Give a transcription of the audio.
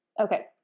Okay